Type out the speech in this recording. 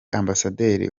ambasaderi